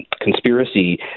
conspiracy